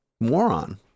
moron